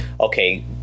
okay